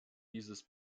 dieses